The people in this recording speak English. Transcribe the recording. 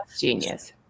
Genius